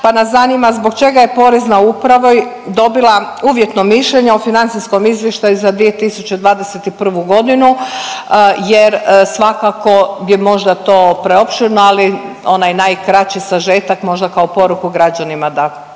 pa nas zanima zbog čega je Porezna uprava dobila uvjetno mišljenje o financijskom izvještaju za 2021.g. jer svakako je možda to preopširno, ali onaj najkraći sažetak možda kao poruku građanima da